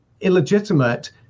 illegitimate